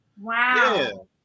wow